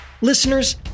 Listeners